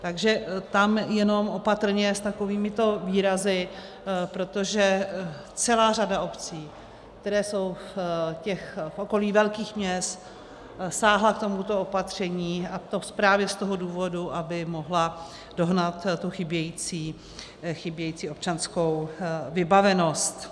Takže tam jenom opatrně s takovýmito výrazy, protože celá řada obcí, které jsou v okolí velkých měst, sáhla k tomuto opatření, a to právě z toho důvodu, aby mohla dohnat chybějící občanskou vybavenost.